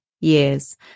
years